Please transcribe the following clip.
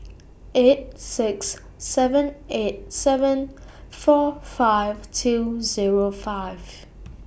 eight six seven eight seven four five two Zero five